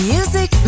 Music